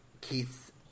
Keith